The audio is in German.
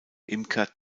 imker